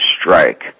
strike